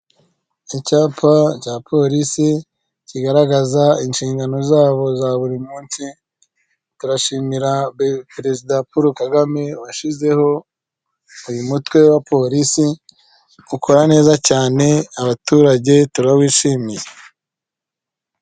Icyapa cya polisi kigaragaza inshingano zabo za buri munsi, turashimira perezida Paul Kagame washyizeho uyu mutwe wa polisi, ukora neza cyane, abaturage turawishimiye.